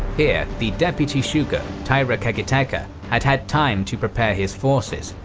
here, the deputy shugo taira kagetaka had had time to prepare his forces,